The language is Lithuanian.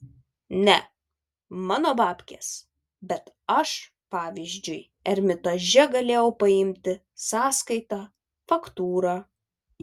ne mano babkės bet aš pavyzdžiui ermitaže galėjau paimti sąskaitą faktūrą